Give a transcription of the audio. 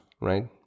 right